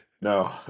No